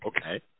okay